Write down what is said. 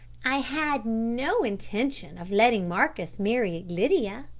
i had no intention of letting marcus marry lydia,